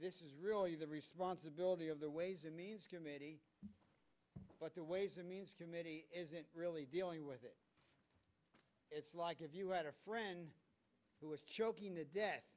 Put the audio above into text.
this is really the responsibility of the ways and means committee but the ways and means committee really dealing with it it's like if you had a friend who was choking to death